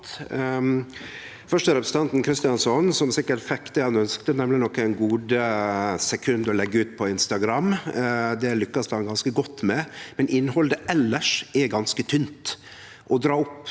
Først til representanten Kristjánsson, som sikkert fekk det han ønskte, nemleg nokre gode sekund å leggje ut på Instagram. Det lykkast han ganske godt med, men innhaldet elles er ganske tynt når han